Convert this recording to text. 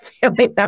family